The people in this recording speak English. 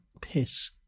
piss